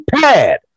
pad